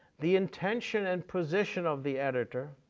the intention and position of the editor,